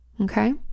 Okay